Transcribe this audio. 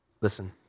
listen